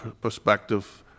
perspective